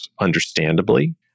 understandably